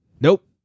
nope